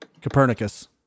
copernicus